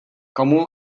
komu